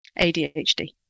ADHD